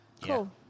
Cool